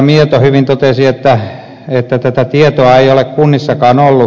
mieto hyvin totesi että tätä tietoa ei ole kunnissakaan ollut